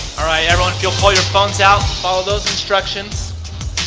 you'll pull your phones out, follow those instructions.